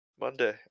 Monday